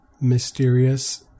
mysterious